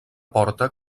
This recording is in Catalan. porta